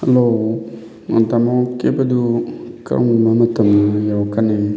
hello ꯇꯥꯃꯣ cable ꯑꯗꯨ ꯀꯔꯝꯕ ꯃꯇꯝꯗ ꯌꯧꯔꯛꯀꯅꯤ